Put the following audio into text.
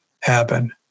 happen